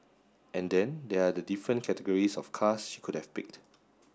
and then there are the different categories of cars she could have picked